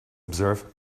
observe